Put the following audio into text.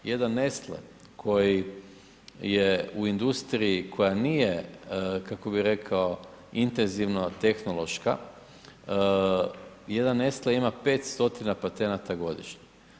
Jedan Nestle koji je u industriji koja nije kako bi rekao, intenzivno tehnološka, jedan Nestle ima 500 patenata godišnje.